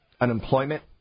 Unemployment